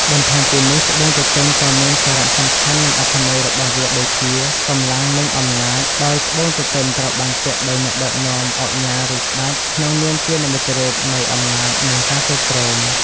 បន្ថែមពីនេះត្បូងទទឹមក៏មានសារសំខាន់និងអត្ថន័យរបស់វាដូចជា កម្លាំង និងអំណាចដោយត្បូងទទឹមត្រូវបានពាក់ដោយអ្នកដឹកនាំ ឧកញ៉ា ឬស្តេច ក្នុងនាមជានិមិត្តរូបនៃអំណាចនិងការគ្រប់គ្រង។